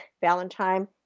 Valentine